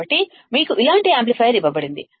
కాబట్టి మీకు ఇలాంటి యాంప్లిఫైయర్ ఇవ్వబడింది